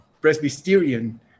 Presbyterian